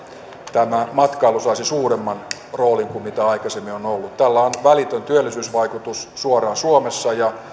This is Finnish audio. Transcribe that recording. matkailu saisi suuremman roolin kuin mikä sillä aikaisemmin on ollut tällä on välitön työllisyysvaikutus suoraan suomessa ja